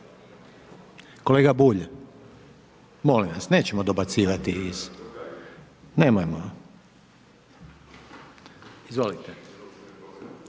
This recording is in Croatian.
Kolega Bulj, molim vas, nećemo dobacivati, nemojmo.